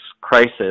crisis